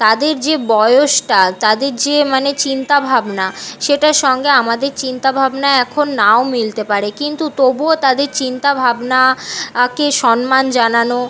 তাদের যে বয়সটা তাদের যে মানে চিন্তাভাবনা সেটার সঙ্গে আমাদের চিন্তাভাবনা এখন নাও মিলতে পারে কিন্তু তবুও তাদের চিন্তাভাবনাকে সম্মান জানানো